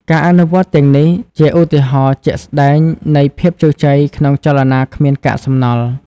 ការអនុវត្តទាំងនេះជាឧទាហរណ៍ជាក់ស្តែងនៃភាពជោគជ័យក្នុងចលនាគ្មានកាកសំណល់។